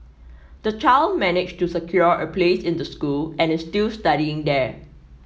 the child managed to secure a place in the school and is still studying there